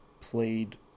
played